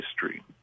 history